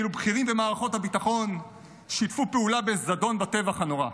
כאילו בכירים במערכת הביטחון שיתפו פעולה בזדון בטבח הנורא.